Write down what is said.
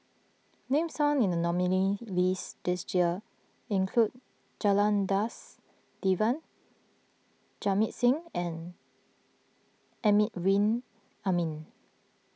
names found in the nominees' list this year include Janadas Devan Jamit Singh and Amrin Amin